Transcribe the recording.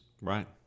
Right